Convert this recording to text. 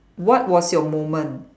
what was your moment